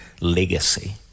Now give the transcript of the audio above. legacy